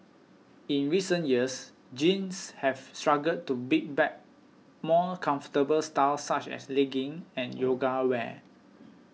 in recent years jeans have struggled to beat back more comfortable styles such as leggings and yoga wear